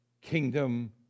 kingdom